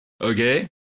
Okay